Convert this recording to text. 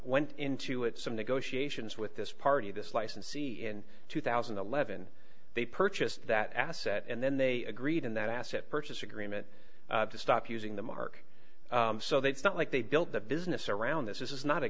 went into it some negotiations with this party this licensee in two thousand and eleven they purchased that asset and then they agreed in that asset purchase agreement to stop using the mark so they felt like they built the business around this is not a